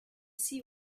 see